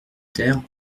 terre